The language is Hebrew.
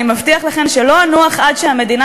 אני מבטיח לכן שלא אנוח עד שהמדינה